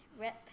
rip